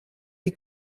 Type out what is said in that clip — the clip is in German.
die